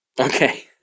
Okay